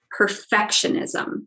perfectionism